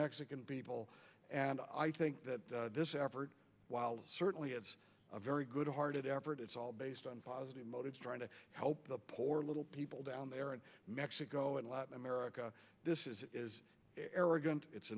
mexican people and i think that this effort while certainly it's a very good hearted effort it's all based on positive motives trying to help the poor little people down there in mexico and latin america this is it is arrogant it's